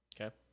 Okay